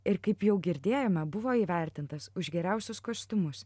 ir kaip jau girdėjome buvo įvertintas už geriausius kostiumus